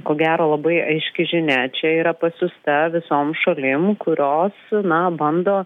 ko gero labai aiški žinia čia yra pasiųsta visom šalim kurios na bando